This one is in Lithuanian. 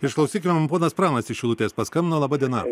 išklausykime mum ponas pranas iš šilutės paskambino laba diena